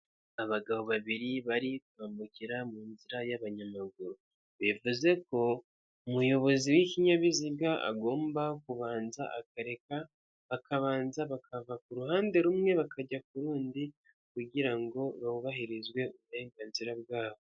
Abagabo babiri bari kwambukira mu nzira y'abanyamaguru, bivuze ko umuyobozi w'ikinyabiziga agomba kubanza akareka bakabanza bakava ku ruhande rumwe bakajya ku rundi kugira ngo hubahirizwe uburenganzira bwabo.